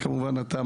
כמובן אתה,